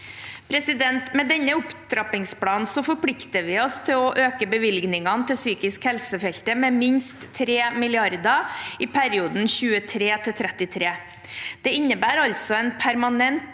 behandling. Med denne opptrappingsplanen forplikter vi oss til å øke bevilgningene til psykisk helse-feltet med minst 3 mrd. kr i perioden 2023–2033. Det innebærer altså en permanent